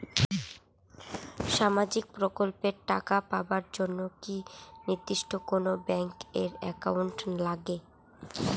সামাজিক প্রকল্পের টাকা পাবার জন্যে কি নির্দিষ্ট কোনো ব্যাংক এর একাউন্ট লাগে?